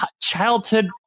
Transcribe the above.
childhood